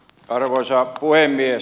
arvoisa puhemies